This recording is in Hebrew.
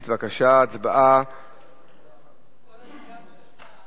בבקשה, הצבעה בקריאה שנייה כמובן.